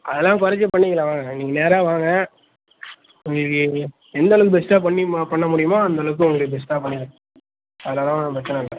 அதெலாம் குறச்சி பண்ணிக்கலாம் வாங்க நீங்கள் நேராக வாங்க உங்களுக்கு எந்த அளவுக்கு பெஸ்ட்டாக பண்ணி பண்ண முடியுமோ அந்த அளவுக்கு உங்களுக்கு பெஸ்ட்டாக பண்ணி அதனால ஒன்றும் பிரச்சனை இல்லை